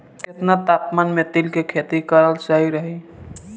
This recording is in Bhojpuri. केतना तापमान मे तिल के खेती कराल सही रही?